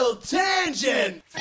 tangent